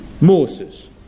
Moses